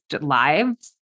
lives